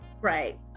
Right